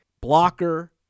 blocker